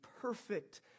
perfect